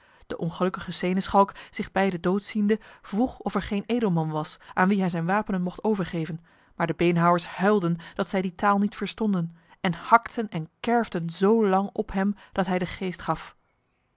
de ongelukkige seneschalk zich bij de dood ziende vroeg of er geen edelman was aan wie hij zijn wapenen mocht overgeven maar de beenhouwers huilden dat zij die taal niet verstonden en hakten en kerfden zo lang op hem dat hij de geest gaf